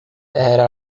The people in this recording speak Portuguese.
era